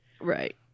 Right